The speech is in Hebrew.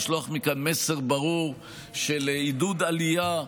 לשלוח מכאן מסר ברור של עידוד עלייה,